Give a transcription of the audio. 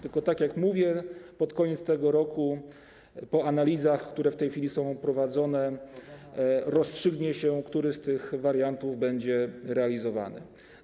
Tak jak mówię, pod koniec tego roku, po analizach, które w tej chwili są prowadzone, rozstrzygnie się, który z tych wariantów będzie realizowany.